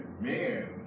men